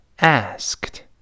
asked